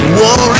war